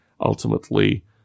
ultimately